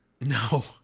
No